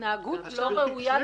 התנהגות לא ראויה,